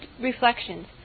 reflections